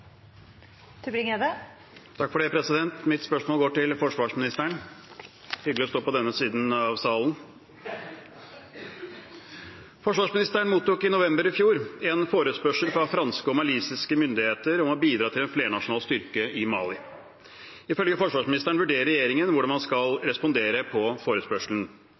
Mitt spørsmål går til forsvarsministeren. Det er hyggelig å stå på denne siden av salen. Forsvarsministeren mottok i november i fjor en forespørsel fra franske og maliske myndigheter om å bidra til en flernasjonal styrke i Mali. Ifølge forsvarsministeren vurderer regjeringen hvordan man skal respondere på forespørselen.